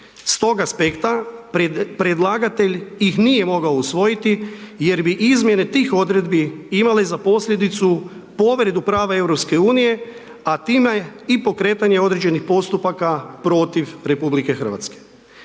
S tog aspekta predlagatelj ih nije mogao usvojiti jer bi izmjene tih odredbi imale za posljedicu povredu prava EU, a time i pokretanje određenih postupaka protiv RH.